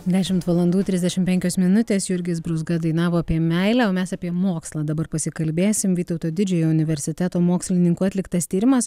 dešimt valandų trisdešimt penkios minutės jurgis brūzga dainavo apie meilę o mes apie mokslą dabar pasikalbėsim vytauto didžiojo universiteto mokslininkų atliktas tyrimas